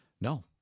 No